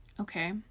Okay